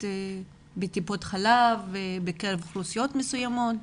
בטיפות חלב בקרב אוכלוסיות מסוימות?